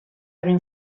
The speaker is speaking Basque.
egin